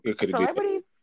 celebrities